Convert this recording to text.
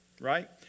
right